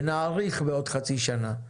ונאריך בעוד חצי שנה.